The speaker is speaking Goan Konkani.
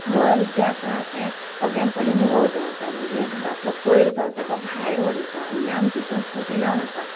घर जें आसा तें सगळ्यांत पयलीं निवळ दवरता म्हणजे घरांतलो कोयर जो आसा तो भायर उडयता ही आमची संस्कृती जावन आसा